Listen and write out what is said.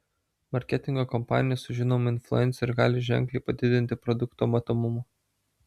marketingo kampanija su žinomu influenceriu gali ženkliai padidinti produkto matomumą